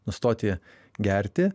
nustoti gerti